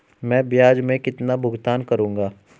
मैं ब्याज में कितना भुगतान करूंगा?